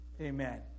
Amen